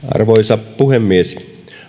arvoisa puhemies